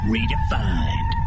Redefined